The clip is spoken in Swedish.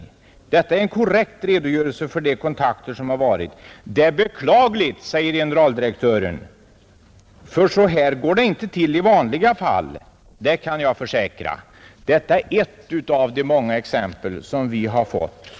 Det är en korrekt redogörelse för de kontakter som har varit. Det är beklagligt för så här går det inte till i vanliga fall, det kan jag försäkra,” Det är vad generaldirektör Rydbo säger, Detta är ett av de många exempel som vi har fått.